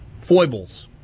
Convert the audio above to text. foibles